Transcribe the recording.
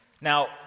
Now